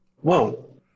whoa